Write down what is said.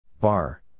Bar